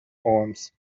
palms